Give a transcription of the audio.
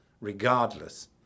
regardless